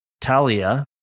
Talia